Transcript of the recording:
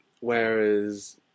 Whereas